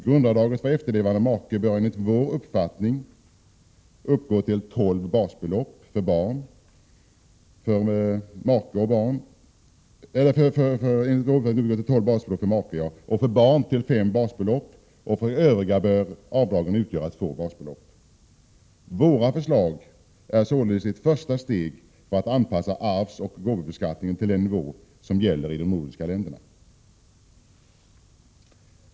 Grundavdraget bör enligt vår uppfattning uppgå till tolv basbelopp för efterlevande make, till fem basbelopp för barn och till två basbelopp för övriga. Våra förslag är således ett första steg för att anpassa arvsoch gåvobeskattningen till den nivå som gäller i de nordiska länderna.